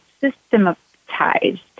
systematized